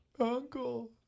Uncle